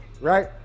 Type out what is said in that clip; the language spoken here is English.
right